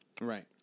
Right